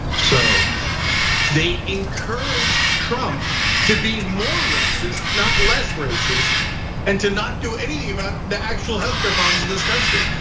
so they encourage trump to be more racist, not less racist and to not do anything about the actual healthcare problems in this country.